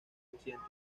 occidente